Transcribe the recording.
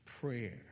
prayer